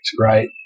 right